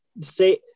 say